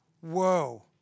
Whoa